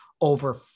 Over